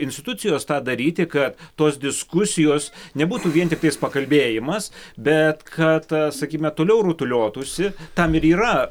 institucijos tą daryti kad tos diskusijos nebūtų vien tiktai pakalbėjimas bet kad sakykime toliau rutuliotųsi tam ir yra